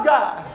God